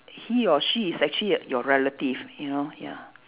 he or she is actually your relative you know ya